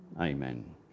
Amen